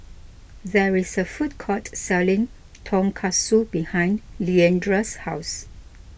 there is a food court selling Tonkatsu behind Leandra's house